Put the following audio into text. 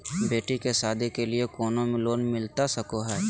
बेटी के सादी के लिए कोनो लोन मिलता सको है?